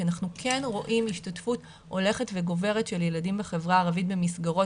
כי אנחנו כן רואים השתתפות הולכת וגוברת של ילדים בחברה הערבית במסגרות.